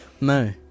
No